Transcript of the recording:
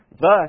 Thus